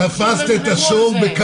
זה לא לטובת הילדים כי בסופו של יום